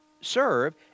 serve